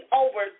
over